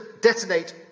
detonate